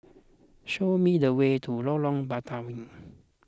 show me the way to Lorong Batawi